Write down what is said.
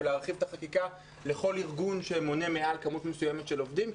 ולהרחיב את החקיקה לכל ארגון שמונה מעל כמות מסוימת של עובדים.